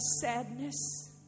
sadness